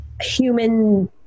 human